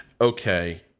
okay